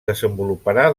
desenvoluparà